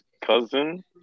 cousin